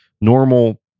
normal